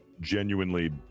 genuinely